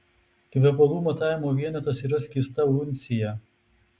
kvepalų matavimo vienetas yra skysta uncija